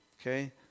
Okay